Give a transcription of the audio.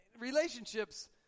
Relationships